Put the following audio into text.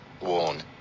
warn